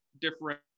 different